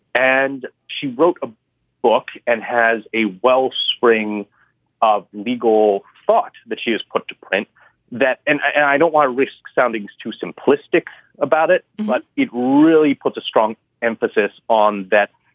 and she wrote a book and has a wellspring of legal thought that she has put to print that. and i don't want to risk soundings too simplistic about it, but it really puts a strong emphasis on that.